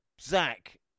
Zach